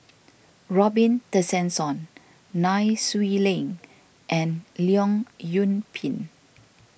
Robin Tessensohn Nai Swee Leng and Leong Yoon Pin